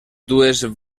dues